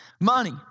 Money